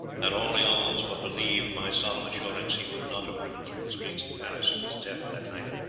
had orleans but believed my solemn assurance he would not have ridden through the streets of paris to his death that night,